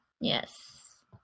Yes